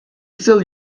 still